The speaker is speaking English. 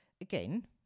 Again